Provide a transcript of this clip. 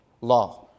law